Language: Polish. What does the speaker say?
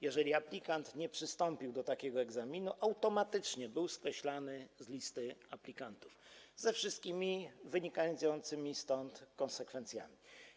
Jeżeli aplikant nie przystąpił do takiego egzaminu, automatycznie był skreślany z listy aplikantów ze wszystkimi wynikającymi z tego konsekwencjami.